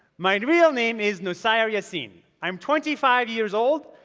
my real name is nuseir yassin. i'm twenty five years old.